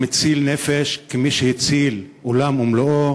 המציל נפש, כמי שהציל עולם ומלואו,